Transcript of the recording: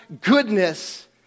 goodness